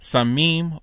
Samim